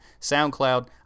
SoundCloud